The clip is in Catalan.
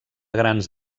grans